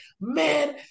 man